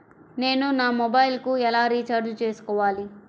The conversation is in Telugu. నేను నా మొబైల్కు ఎలా రీఛార్జ్ చేసుకోవాలి?